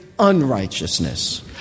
unrighteousness